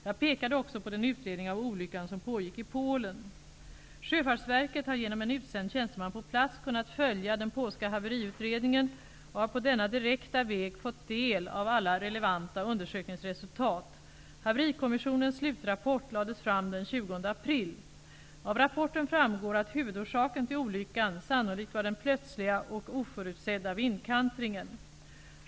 Jag pekade också på den utredning av olyckan som pågick i Sjöfartsverket har genom en utsänd tjänsteman på plats kunnat följa den polska haveriutredningen och har på denna direkta väg fått del av alla relevanta undersökningsresultat. 20 april. Av rapporten framgår att huvudorsaken till olyckan sannolikt var den plötsliga och oförutsedda vindkantringen.